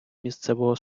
місцевого